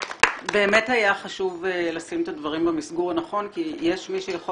באמת היה חשוב לשים את הדברים במסגור הנכון כי יש מי שיכול